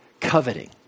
coveting